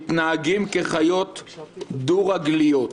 מתנהגים כחיות דו-רגליות".